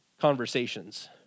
conversations